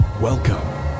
Welcome